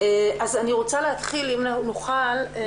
אני רוצה להתחיל עם מי